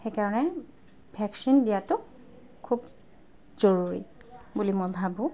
সেইকাৰণে ভেকচিন দিয়াতো খুব জৰুৰী বুলি মই ভাবোঁ